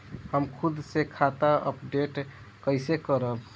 हम खुद से खाता अपडेट कइसे करब?